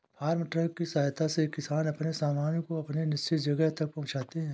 farm truck की सहायता से किसान अपने सामान को अपने निश्चित जगह तक पहुंचाते हैं